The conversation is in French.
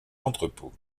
entrepôts